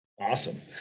Awesome